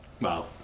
Wow